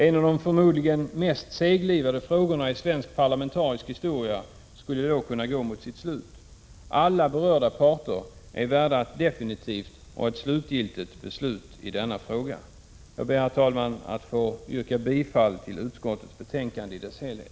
En av de förmodligen mest seglivade frågorna i svensk parlamentarisk historia skulle då kunna gå mot sitt slut. Alla berörda parter är värda ett definitivt och slutgiltigt beslut i denna fråga. Herr talman! Jag ber att få yrka bifall till utskottets hemställan i dess helhet.